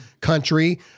country